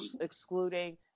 excluding